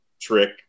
trick